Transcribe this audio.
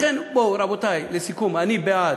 לכן, בואו, רבותי, לסיכום, אני בעד,